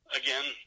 again